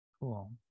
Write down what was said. Cool